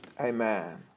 Amen